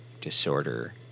disorder